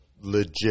legit